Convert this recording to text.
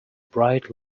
bright